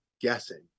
guessing